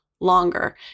longer